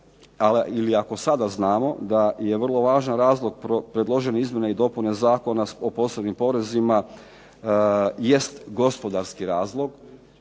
ili ako sada znamo da je vrlo važan razlog predložene izmjene i dopune Zakona o posebnim porezima jest gospodarski razlog